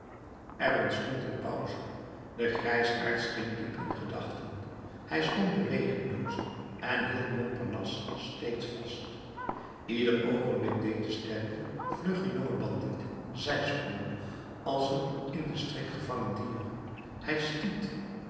er ontstond een pauze de grijsaard scheen diep in gedachten hij stond bewegingloos en hield montparnasse steeds vast ieder oogenblik deed de sterke vlugge jonge bandiet zijsprongen als een in den strik gevangen dier hij stiet